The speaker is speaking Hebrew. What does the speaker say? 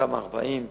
תמ"א 40,